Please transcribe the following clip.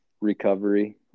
recovery